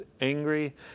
angry